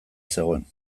zegoen